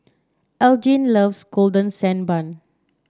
Elgin loves Golden Sand Bun